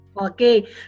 Okay